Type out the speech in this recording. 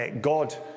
God